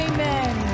Amen